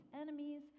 enemies